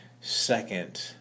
second